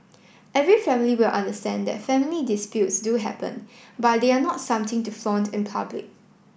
every family will understand that family disputes do happen but they are not something to flaunt in public